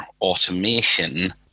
automation